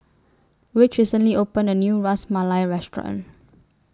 Ridge recently opened A New Ras Malai Restaurant